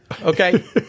Okay